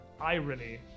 irony